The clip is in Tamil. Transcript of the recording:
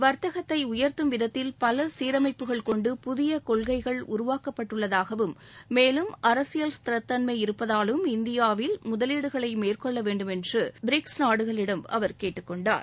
வர்த்தகத்தை உயர்த்தும் விதத்தில் பல சீரமைப்புகள் கொண்டு புதிய கொள்கைகள் உருவாக்கப்பட்டுள்ளதாகவும் மேலும் அரசியல் ஸ்திரத்தன்மை இருப்பதாலும் இந்தியாவில் முதவீடுகளை மேற்கொள்ள வேண்டும் எனறு பிரிக்ஸ் நாடுகளிடம் அவர் கேட்டுக்கொண்டார்